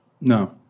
No